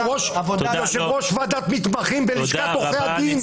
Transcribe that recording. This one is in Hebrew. יושב-ראש ועדת מתמחים בלשכת עורכי הדין,